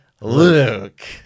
Luke